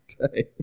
Okay